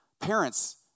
parents